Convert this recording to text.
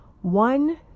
One